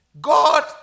God